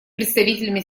представителями